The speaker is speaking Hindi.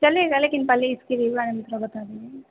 चलेगा लेकिन पहले इसके भी बारे में थोड़ा बता दीजिए